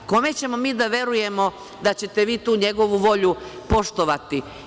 Kome ćemo mi da verujemo da ćete vi tu njegovu volju poštovati.